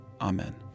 Amen